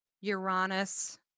Uranus